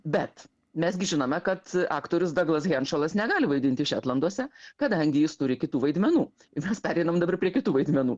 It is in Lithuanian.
bet mes gi žinome kad aktorius daglas henšalas negali vaidinti šetlanduose kadangi jis turi kitų vaidmenų mes pereinam dabar prie kitų vaidmenų